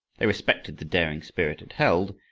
they respected the daring spirit it held,